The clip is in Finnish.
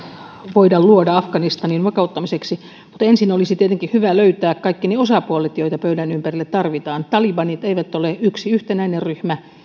voida luoda afganistanin vakauttamiseksi mutta ensin olisi tietenkin hyvä löytää kaikki ne osapuolet joita pöydän ympärille tarvitaan talibanit eivät ole yksi yhtenäinen ryhmä